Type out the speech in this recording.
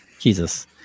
Jesus